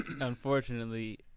Unfortunately